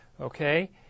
okay